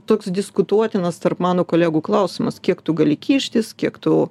toks diskutuotinas tarp mano kolegų klausimas kiek tu gali kištis kiek tu